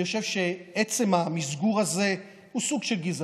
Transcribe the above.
אני חושב שעצם המסגור הזה הוא סוג של גזענות.